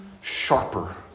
sharper